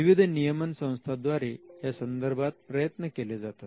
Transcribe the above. विविध नियमन संस्थांद्वारे यासंदर्भात प्रयत्न केले जातात